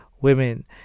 women